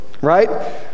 right